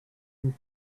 and